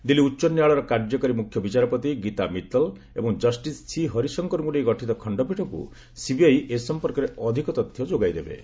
ଦିଲ୍ଲୀ ଉଚ୍ଚ ନ୍ୟାୟାଳୟର କାର୍ଯ୍ୟକାରୀ ମୁଖ୍ୟ ବିଚାରପତି ଗୀତା ମିତଲ୍ ଏବଂ ଜଷ୍ଟିସ୍ ସି ହରିଶଙ୍କରକୁ ନେଇ ଗଠିତ ଖଣ୍ଡପୀଠଙ୍କୁ ସିବିଆଇ ଏ ସମ୍ପର୍କରେ ଅଧିକ ତଥ୍ୟ ଯୋଗାଇ ଦେବେ